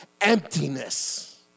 emptiness